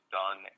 done